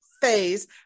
phase